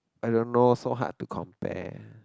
I don't know so hard to compare